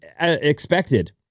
expected